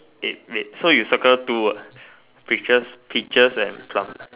eh wait so you circle two ah pictures peaches and plum ah